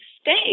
stay